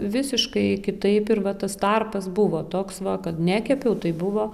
visiškai kitaip ir va tas tarpas buvo toks va kad nekepiau tai buvo